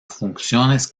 funciones